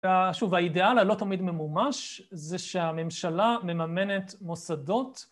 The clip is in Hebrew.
שוב, האידאל הלא תמיד ממומש זה שהממשלה מממנת מוסדות